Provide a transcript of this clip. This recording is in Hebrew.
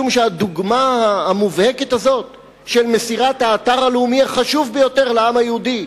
משום שהדוגמה המובהקת הזאת של מסירת האתר הלאומי החשוב ביותר לעם היהודי